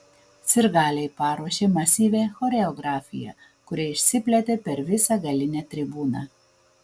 sirgaliai paruošė masyvią choreografiją kuri išsiplėtė per visą galinę tribūną